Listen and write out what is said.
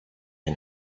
and